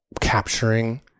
capturing